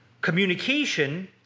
communication